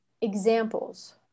Examples